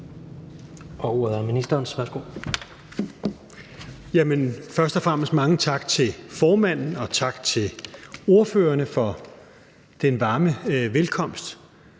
landbrug og fiskeri (Rasmus Prehn): Først og fremmest mange tak til formanden, og tak til ordførerne for den varme velkomst.